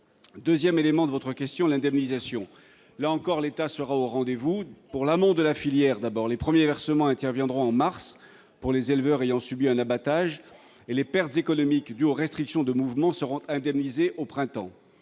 les zones stables. Concernant l'indemnisation, là encore l'État sera au rendez-vous. Pour l'amont de la filière, les premiers versements interviendront en mars pour les éleveurs ayant subi un abattage et les pertes économiques dues aux restrictions de mouvements seront indemnisées au printemps.